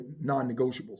non-negotiables